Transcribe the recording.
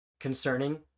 concerning